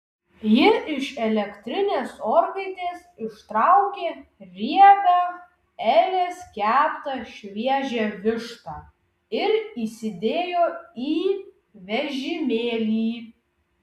ji iš elektrinės orkaitės ištraukė riebią elės keptą šviežią vištą ir įsidėjo į vežimėlį